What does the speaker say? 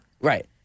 Right